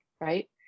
right